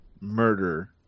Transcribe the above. murder